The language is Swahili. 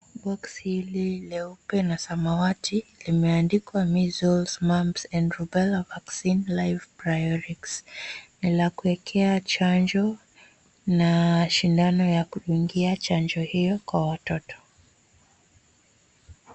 Boksi hili leupe na samawati limeandikwa, Measles, Mumps and Rubella Vaccine, Live Priorix. Ni la kuwekea chanjo na sindano ya kuingia chanjo hiyo kwa watoto.